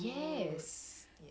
that whole album